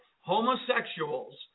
homosexuals